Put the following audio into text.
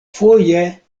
foje